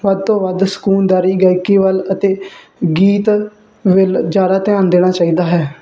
ਵੱਧ ਤੋਂ ਵੱਧ ਸਕੂਨਦਾਰੀ ਗਾਇਕੀ ਵੱਲ ਅਤੇ ਗੀਤ ਵੱਲ ਜਿਆਦਾ ਧਿਆਨ ਦੇਣਾ ਚਾਹੀਦਾ ਹੈ